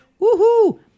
Woohoo